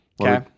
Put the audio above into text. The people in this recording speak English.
Okay